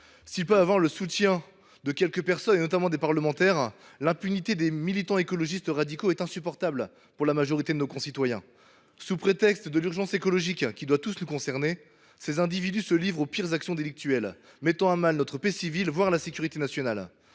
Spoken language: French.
S’ils peuvent avoir le soutien de quelques personnes, notamment des parlementaires, l’impunité des militants écologistes radicaux est insupportable pour la majorité de nos concitoyens. Sous prétexte de l’urgence écologique, qui doit tous nous concerner, ces individus se livrent aux pires actions délictuelles, mettant à mal notre paix civile, voire la sécurité nationale.